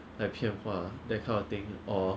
like 骗话 that kind of thing or